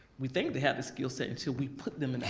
we think they have the skillset until we put them in that